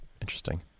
Interesting